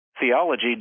theology